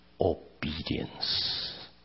Obedience